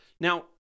Now